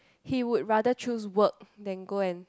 he would rather choose work than go and